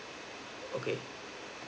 okay